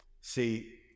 See